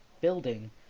building